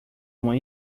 uma